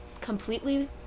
completely